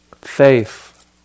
Faith